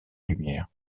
lumière